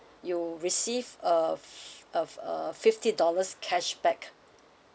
you'll receive a f~ of uh fifty dollars cashback